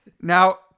now